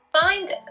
find